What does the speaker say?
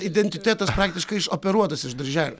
identitetas praktiškai išoperuotas iš darželio